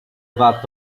vat